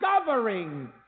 discovering